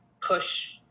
push